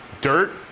dirt